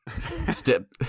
step